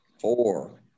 Four